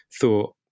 thought